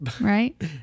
right